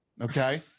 okay